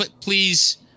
please